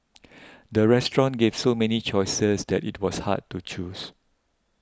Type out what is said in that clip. the restaurant gave so many choices that it was hard to choose